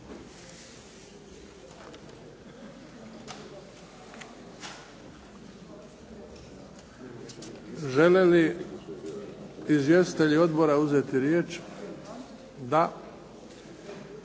Žele li izvjestitelji odbora uzeti riječ? Da.